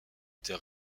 était